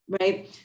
right